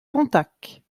pontacq